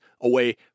away